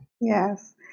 Yes